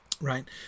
right